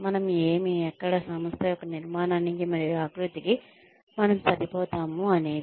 మనం ఏమి ఎక్కడ సంస్థ యొక్క నిర్మాణానికి మరియు ఆకృతికి మనము సరిపోతాము అనేది